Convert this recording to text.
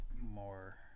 more